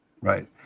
Right